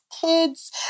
kids